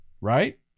right